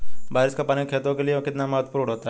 बारिश का पानी खेतों के लिये कितना महत्वपूर्ण होता है?